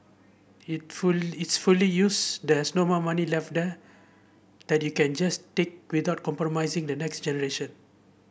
it full it's fully used there's no more money left there that you can just take without compromising the next generation